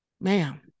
ma'am